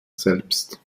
selbst